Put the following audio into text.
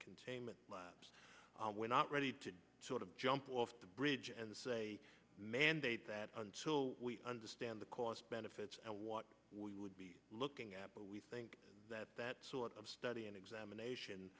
containment we're not ready to sort of jump off the bridge and say mandate that until we understand the cost benefits and what we would be looking at but we think that that sort of study and examination